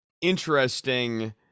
interesting